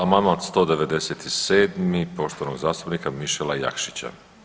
Amandman 197. poštovanog zastupnika Mišela Jakšića.